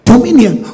dominion